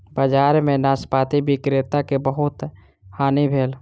बजार में नाशपाती विक्रेता के बहुत हानि भेल